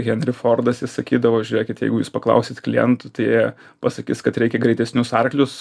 henri fordas jis sakydavo žiūrėkit jeigu jūs paklausit klientų tai jie pasakys kad reikia greitesnius arklius